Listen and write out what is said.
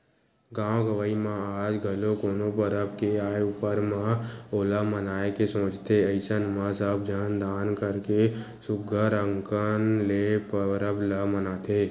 गाँव गंवई म आज घलो कोनो परब के आय ऊपर म ओला मनाए के सोचथे अइसन म सब झन दान करके सुग्घर अंकन ले परब ल मनाथे